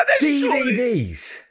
DVDs